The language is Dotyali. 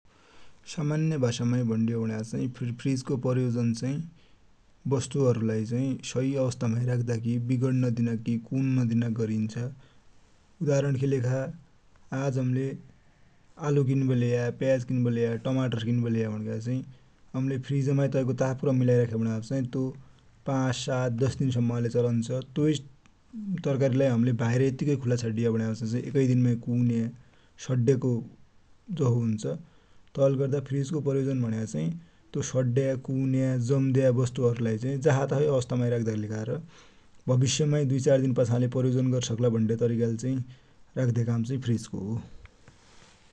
सामान्य भासा माइ भन्डेहो भनेपछा फ्रिज को प्रयोग चाइ बस्तु हरु लाइ सहि अवस्था माइ रख्दाकि लेखा, बिग्ड्डू नदिन कि, कुनु नदिनाकि गरिन्छ। उदाहरण कि लेखा आज हमिले आलु किन्बटी लेया, प्याज किन्बटी लेया, टमाटर किन्बटी लेया भङ्याचाइ हमिले फ्रिज माइ तैको तापक्रम मिलाइबटी रख्या भनेपछा चाइ तो पाछ, सात, दस दिन सम्म्म ले चलन्छ। तोइ तरकारि लाइ हमिले यतिक्कै बाहिर खुला छाड्या भनेपछा चाइ एकै दीन माइ कुने सड्ड्या जसो हुन्छ। तै ले गर्दा फ्रिज को प्रयोजन भनेको चाइ तो सड्ड्या कुन्या जम्द्या बस्तुहरु लाइ चै जसा तसो अवस्था माइ राख्दाकिलेखा र भबिस्य माइ दुइ चार दिन पछा ले प्रयोग गर्सक्ला भन्डे तरिका ले चै राख्दे काम चै फ्रिज को हो ।